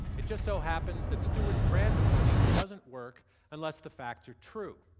it just so happens that stewart's brand of funny doesn't work unless the facts are true.